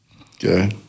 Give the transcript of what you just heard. Okay